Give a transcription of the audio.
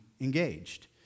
engaged